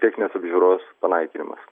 techninės apžiūros panaikinimas